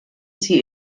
sie